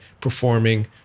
performing